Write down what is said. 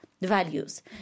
Values